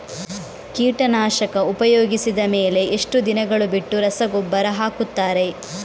ಕೀಟನಾಶಕ ಉಪಯೋಗಿಸಿದ ಮೇಲೆ ಎಷ್ಟು ದಿನಗಳು ಬಿಟ್ಟು ರಸಗೊಬ್ಬರ ಹಾಕುತ್ತಾರೆ?